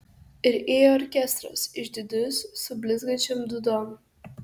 ir ėjo orkestras išdidus su blizgančiom dūdom